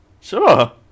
Sure